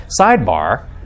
Sidebar